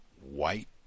White